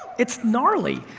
it's knarly.